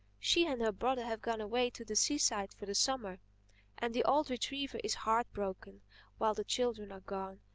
she and her brother have gone away to the seaside for the summer and the old retriever is heart-broken while the children are gone.